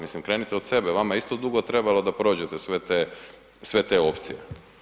Mislim krenite od sebe, vama je isto dugo trebalo, da prođete sve te, sve te opcije.